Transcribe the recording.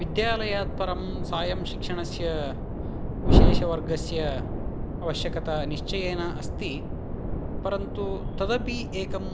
विद्यालयात् परं सायं शिक्षणस्य विशेषवर्गस्य आवश्यकता निश्चयेन अस्ति परन्तु तदपि एकं